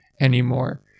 anymore